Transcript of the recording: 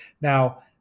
Now